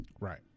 Right